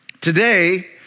Today